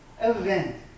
event